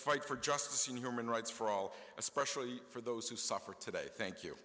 fight for justice and human rights for all especially for those who suffer today thank you